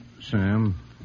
Sam